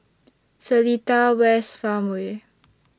Seletar West Farmway